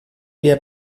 wir